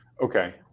Okay